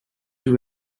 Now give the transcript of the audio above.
two